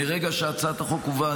מרגע שהצעת החוק הובאה,